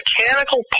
mechanical